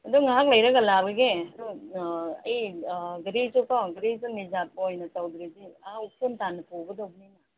ꯑꯗꯨ ꯉꯥꯏꯍꯥꯛ ꯂꯩꯔꯒ ꯂꯥꯛꯂꯒꯦ ꯑꯗꯨ ꯑꯩ ꯒꯥꯔꯤꯁꯨ ꯀꯣ ꯒꯥꯔꯤꯁꯨ ꯔꯤꯖꯥꯔꯕ ꯑꯣꯏ ꯇꯧꯗ꯭ꯔꯗꯤ ꯑꯥ ꯎꯈ꯭ꯔꯨꯜ ꯇꯥꯟꯅ ꯄꯨꯒꯗꯧꯕꯅꯤꯅ